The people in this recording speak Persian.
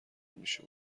میشه